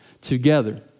together